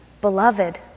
Beloved